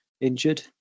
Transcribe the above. injured